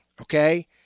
okay